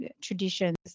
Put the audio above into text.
traditions